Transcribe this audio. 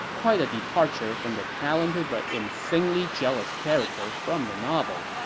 quite a departure from the talented but insanely jealous character from the novel.